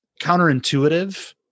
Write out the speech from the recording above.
counterintuitive